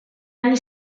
anni